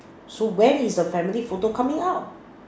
so when is the family photo coming out